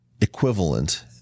equivalent